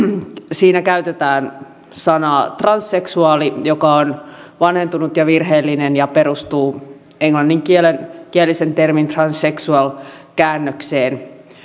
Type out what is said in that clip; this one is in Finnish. siinä käytetään sanaa transseksuaali joka on vanhentunut ja virheellinen ja perustuu englanninkielisen termin transsexual käännökseen